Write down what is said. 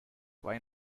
why